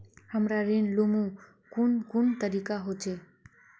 हमरा ऋण लुमू कुन कुन तरीका होचे?